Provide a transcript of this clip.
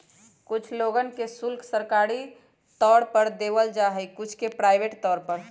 कुछ लोगन के शुल्क सरकारी तौर पर देवल जा हई कुछ के प्राइवेट तौर पर